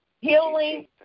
healing